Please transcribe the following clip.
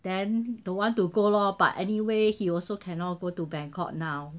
then don't want to go lor but anyway he also cannot go to bangkok now